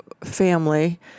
family